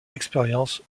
expérience